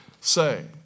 say